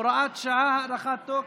(הוראת שעה) (הארכת תוקף),